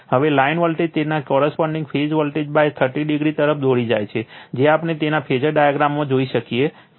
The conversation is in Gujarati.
હવે લાઇન વોલ્ટેજ તેમના કોરસ્પોંડિંગ ફેઝ વોલ્ટેજ30o તરફ દોરી જાય છે જે આપણે તેમના ફેઝર ડાયાગ્રામમાંથી પણ જોઈ શકીએ છીએ